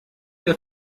der